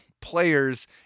players